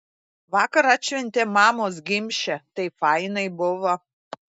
vakar atšventėm mamos gimšę tai fainai buvo